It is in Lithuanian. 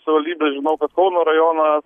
savivaldybė žinau kad kauno rajoną